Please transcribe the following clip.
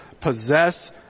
possess